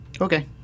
Okay